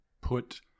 put